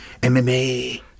MMA